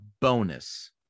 bonus